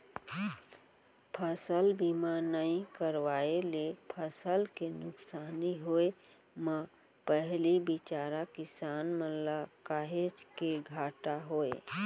फसल बीमा नइ करवाए ले फसल के नुकसानी होय म पहिली बिचारा किसान मन ल काहेच के घाटा होय